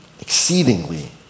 Exceedingly